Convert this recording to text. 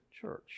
church